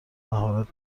مهارت